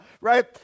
right